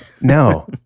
No